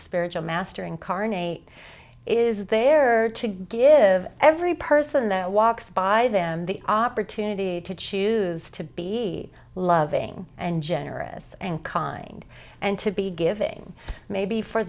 spiritual master incarnate is there to give every person that walks by them the opportunity to choose to be loving and generous and kind and to be giving maybe for